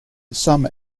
some